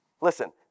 Listen